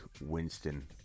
Winston